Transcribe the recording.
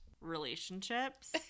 relationships